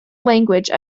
language